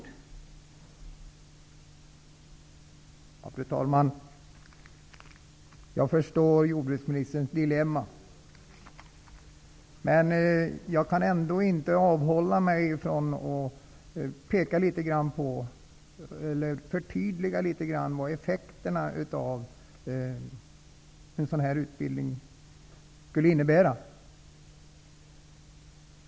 Fru talman! Jag förstår jordbruksministerns dilemma, men jag kan ändå inte avhålla mig från att något förtydliga vad en sådan här utbildning skulle innebära.